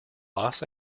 los